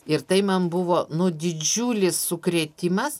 ir tai man buvo nu didžiulis sukrėtimas